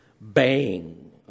bang